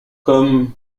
comme